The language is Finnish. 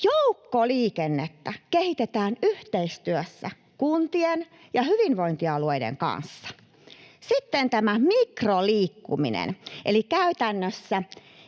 Joukkoliikennettä kehitetään yhteistyössä kuntien ja hyvinvointialueiden kanssa. Sitten tämän mikroliikkumisen, eli käytännössä